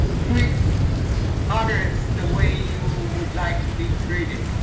treat others the way you would like to be treated.